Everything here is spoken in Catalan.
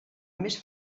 més